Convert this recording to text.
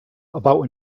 about